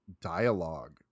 dialogue